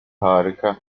harika